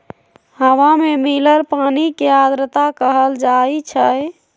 हवा में मिलल पानी के आर्द्रता कहल जाई छई